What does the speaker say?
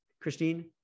Christine